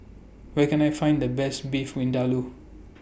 Where Can I Find The Best Beef Vindaloo